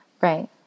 Right